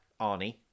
Arnie